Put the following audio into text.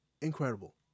Incredible